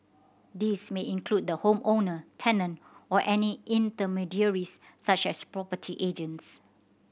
this may include the home owner tenant or any intermediaries such as property agents